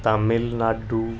Tamil Nadu